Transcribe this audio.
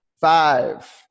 Five